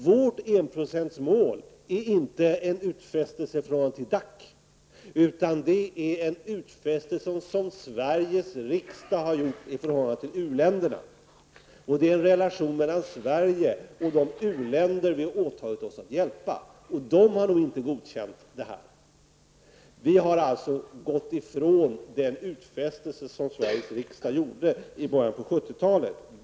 Vårt enprocentsmål är inte en utfästelse i förhållande till DAC, utan det är en utfästelse som Sveriges riksdag har gjort i förhållande till u-länderna. Det är en relation mellan Sverige och de u-länder som vi har åtagit oss att hjälpa, och de har nog inte godkänt det här. Vi har alltså gått ifrån den utfästelse som Sveriges riksdag gjorde i början av 1970-talet.